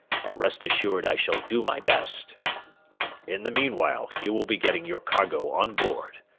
and rest assured i shall do my best in the meanwhile, you will be getting your cargo on board.